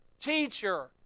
Teacher